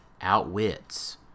outwits